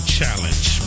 Challenge